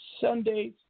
Sundays